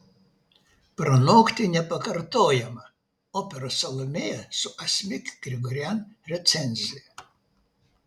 pranokti nepakartojamą operos salomėja su asmik grigorian recenzija